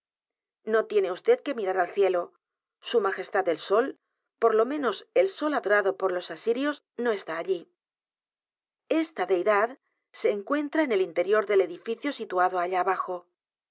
no tiene vd que mirar al cielo su majestad el sol por lo menos el sol adorado por los a sirios no está allí esta deidad se encuentra en el interior del edificio situado allá abajo